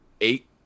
eight